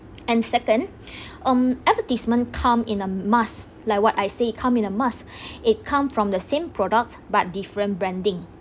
and second on um advertisement come in a mass like what I say come in a mass it come from the same product but different branding